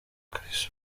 chris